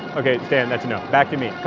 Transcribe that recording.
okay, stan. that's enough. back to me.